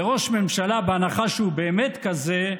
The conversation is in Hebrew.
לראש ממשלה, בהנחה שהוא באמת כזה,